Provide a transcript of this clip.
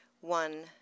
One